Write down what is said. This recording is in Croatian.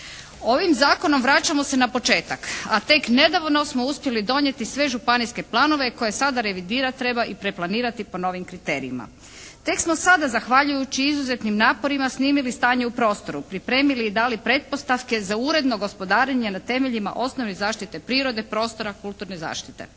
Ovim zakonom vraćamo se na početak. A tek nedavno smo uspjeli donijeti sve županijske planove koje sada revidirati treba i preplanirati po novim kriterijima. Tek smo sada zahvaljujući izuzetnim naporima snimili stanje u prostoru, pripremili i dali pretpostavke za uredno gospodarenje na temeljima osnovne zaštite prirode, prostora, kulturne zaštite.